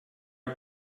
are